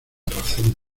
razón